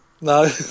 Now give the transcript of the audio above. No